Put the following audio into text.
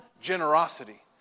generosity